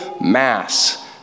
mass